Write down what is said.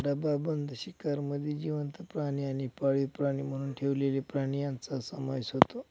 डबाबंद शिकारमध्ये जिवंत प्राणी आणि पाळीव प्राणी म्हणून ठेवलेले प्राणी यांचा समावेश होतो